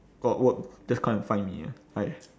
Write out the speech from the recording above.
got work just come and find me ah I